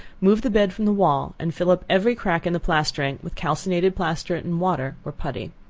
move the bed from the wall and fill up every crack in the plastering with calcined plaster and water, or putty.